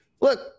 Look